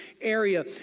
area